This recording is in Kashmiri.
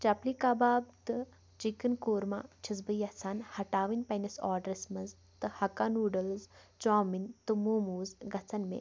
چَپلی کَباب تہٕ چِکن کورمہ چھَس بہٕ یژھان ہٹاوٕنۍ پننِس آرڈرَس منٛز تہٕ حَکا نوٗڈٕلز چوامِن تہٕ موٗموٗز گژھَن مےٚ